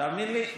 תאמין לי,